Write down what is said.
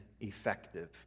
effective